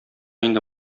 инде